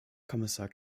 kommissar